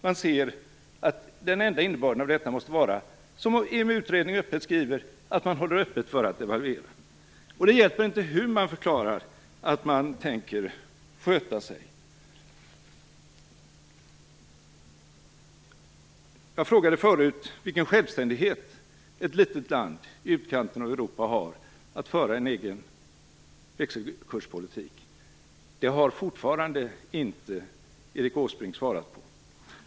Man ser att den enda innebörden av detta måste vara - vilket EMU-utredningen också öppet skriver - att man håller öppet för att devalvera. Det hjälper då inte hur mycket man än förklarar att man tänker sköta sig. Jag frågade förut vilken självständighet ett litet land i utkanten av Europa har att föra en egen växelkurspolitik. Det har fortfarande inte Erik Åsbrink svarat på.